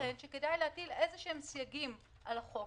ייתכן שכדאי להטיל איזשהם סייגים על החוק.